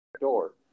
door